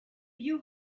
you